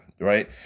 right